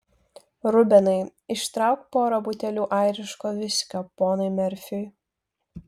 rubenai ištrauk porą butelių airiško viskio ponui merfiui